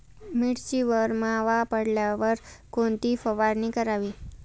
मिरचीवर मावा पडल्यावर कोणती फवारणी करावी?